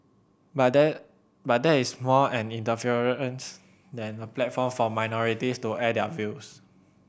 but that but that is more an than a platform for minorities to air their views